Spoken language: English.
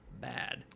bad